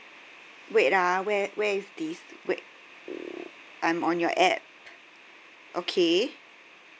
wait ah where where is this wait w~ I'm on your app okay